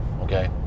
Okay